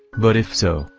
but if so,